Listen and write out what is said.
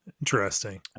Interesting